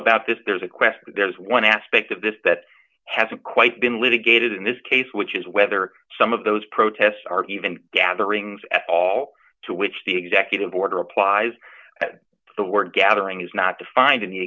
about this there's a question there is one aspect of this that hasn't quite been litigated in this case which is whether some of those protests are even gatherings at all to which the executive order applies at the word gathering is not defined